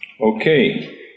Okay